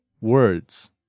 words